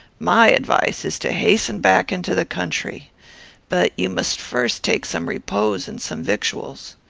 my advice is to hasten back into the country but you must first take some repose and some victuals.